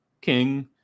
king